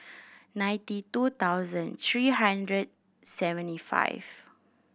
ninety two thousand three hundred seventy five